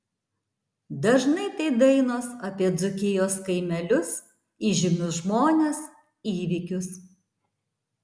dažnai tai dainos apie dzūkijos kaimelius įžymius žmones įvykius